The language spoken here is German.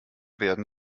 werden